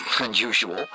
unusual